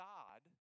God